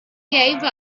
gave